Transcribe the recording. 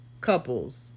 couples